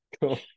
Cool